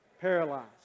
paralyzed